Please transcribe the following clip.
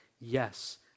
yes